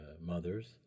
mothers